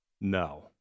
No